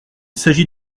s’agit